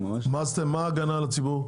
ממש לא, אנחנו מגנים על הציבור.